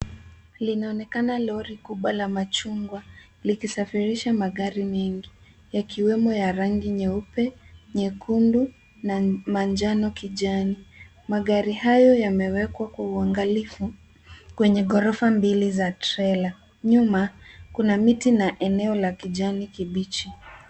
Linaonekana lori kubwa la machungwa likisafirisha magari mengi yakiwemo ya rangi nyeupe, nyekundu na manjano kijani. Magari hayo yamewekwa kwa uangalifu kwenye ghorofa mbili za trela. Nyuma, kuna miti na eneo la kijani kibichi.